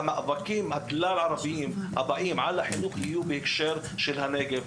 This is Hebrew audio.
והמאבקים הבאים של החברה הערבית בהקשר לחינוך יגיעו בעקבות הנגב,